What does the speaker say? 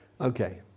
Okay